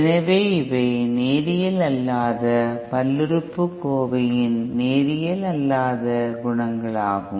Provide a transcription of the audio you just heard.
எனவே இவை நேரியல் அல்லாத பல்லுறுப்புக்கோவையின் நேரியல் அல்லாத குணகங்களாகும்